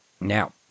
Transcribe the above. Now